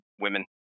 women